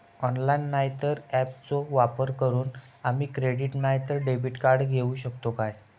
Online नाय तर ऍपचो वापर करून आम्ही क्रेडिट नाय तर डेबिट कार्ड घेऊ शकतो का?